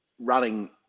running